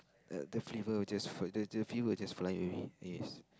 the the fever will just f~ the the fever will just fly away yes